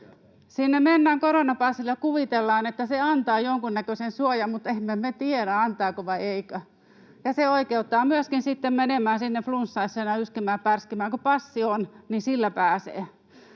Sinne mennään koronapassilla ja kuvitellaan, että se antaa jonkunnäköisen suojan, mutta emme me tiedä, antaako vai ei, ja se oikeuttaa myöskin sitten menemään sinne flunssaisena yskimään, pärskimään. Kun passi on, niin sillä pääsee.